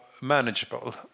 manageable